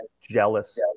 jealous